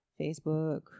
Facebook